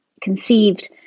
conceived